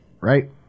right